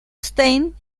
stein